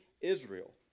Israel